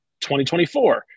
2024